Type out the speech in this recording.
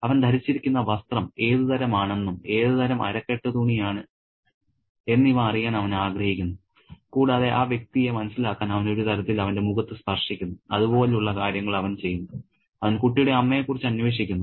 അവൻ ധരിച്ചിരിക്കുന്ന വസ്ത്രം ഏത് തരം ആണെന്നും ഏത് തരം അരക്കെട്ട് തുണി ആണ് എന്നിവ അറിയാൻ അവൻ ആഗ്രഹിക്കുന്നു കൂടാതെ ആ വ്യക്തിയെ മനസ്സിലാക്കാൻ അവൻ ഒരു തരത്തിൽ അവന്റെ മുഖത്ത് സ്പർശിക്കുന്നു അതുപോലുള്ള കാര്യങ്ങൾ അവൻ ചെയ്യുന്നു അവൻ കുട്ടിയുടെ അമ്മയെ കുറിച്ച് അന്വേഷിക്കുന്നു